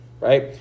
right